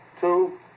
two